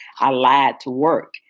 i lied to work.